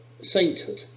sainthood